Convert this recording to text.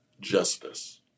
justice